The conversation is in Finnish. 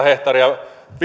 hehtaaria